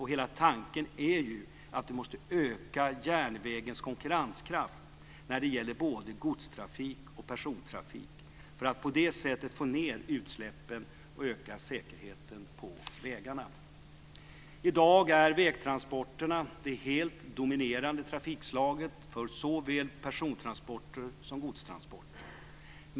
Hela tanken är att vi måste öka järnvägens konkurrenskraft när det gäller både godstrafik och persontrafik för att på det sättet få ned utsläppen och öka säkerheten på vägarna. I dag är vägtransporterna det helt dominerande trafikslaget för såväl persontransporter som godstransporter.